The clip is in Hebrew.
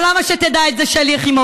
אבל למה שתדע את זה, שלי יחימוביץ?